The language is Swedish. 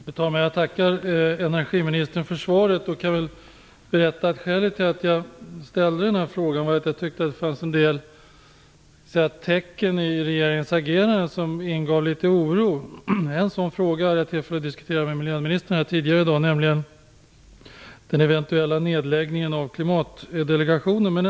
Fru talman! Jag tackar energiministern för svaret. Skälet till att jag ställde frågan var att jag tyckte att det fanns en del tecken i regeringens agerande som ingav litet oro. En sådan fråga hade jag här tidigare tillfälle att tidigare i dag diskutera med miljöministern, nämligen den eventuella nedläggningen av Klimatdelegationen.